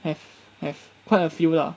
have have quite a few lah